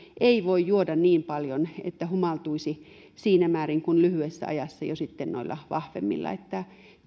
ei voi juoda niin paljon että humaltuisi siinä määrin kuin lyhyessä ajassa jo sitten noilla vahvemmilla että